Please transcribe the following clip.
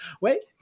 wait